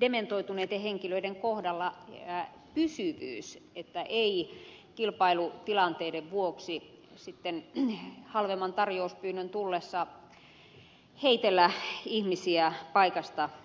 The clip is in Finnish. dementoituneiden henkilöiden kohdalla pysyvyys että ei kilpailutilanteiden vuoksi halvemman tarjouspyynnön tullessa heitellä ihmisiä paikasta toiseen